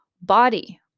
body